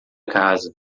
casa